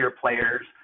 players